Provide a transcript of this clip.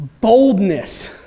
boldness